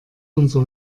unser